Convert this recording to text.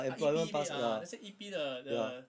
ah E_P E_P ah 那些 E_P 的的